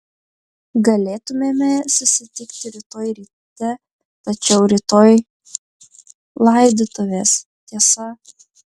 galėtumėme susitikti rytoj ryte tačiau rytoj laidotuvės tiesa